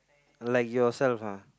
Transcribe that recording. like yourself ah